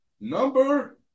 Number